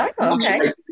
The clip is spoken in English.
Okay